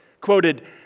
quoted